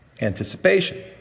Anticipation